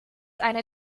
eine